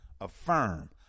Affirm